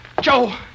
Joe